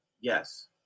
Yes